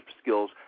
skills